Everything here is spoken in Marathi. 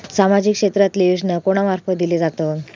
सामाजिक क्षेत्रांतले योजना कोणा मार्फत दिले जातत?